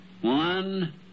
One